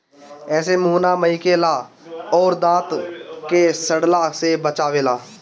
एसे मुंह ना महके ला अउरी इ दांत के सड़ला से बचावेला